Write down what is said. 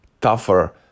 tougher